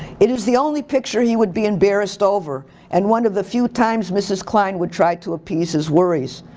it is the only picture he would be embarrassed over and one of the few times mrs. klein would try to appease his worries.